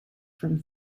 from